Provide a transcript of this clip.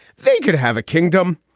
they could have a kingdom.